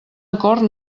acord